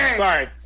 sorry